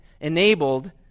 enabled